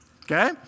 Okay